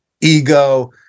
ego